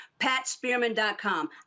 PatSpearman.com